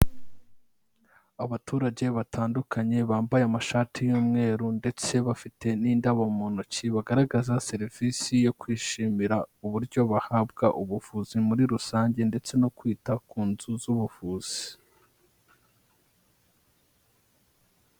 Abaturage batandukanye bambaye amashati y'umweru ndetse bafite n'indabo mu ntoki, bagaragaza serivisi yo kwishimira uburyo bahabwa ubuvuzi muri rusange ndetse no kwita ku nzu z'ubuvuzi.